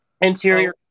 Interior